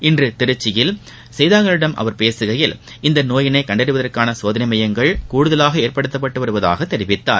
இன்று திருச்சியில் செய்தியாளர்களிடம் அவர் பேசுகையில் இந்த நோயினை கண்டறிவதற்கான சோதனை மையங்கள் கூடுதலாக ஏற்படுத்தப்பட்டு வருவதாக தெரிவித்தார்